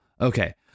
Okay